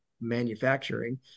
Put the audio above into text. manufacturing